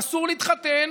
ואסור להתחתן,